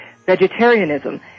vegetarianism